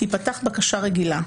תיפתח בקשה רגילה,